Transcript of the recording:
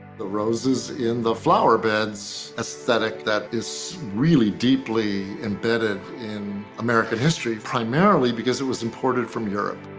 the roses in the flower beds aesthetic that is really deeply embedded in american history, primarily because it was imported from europe.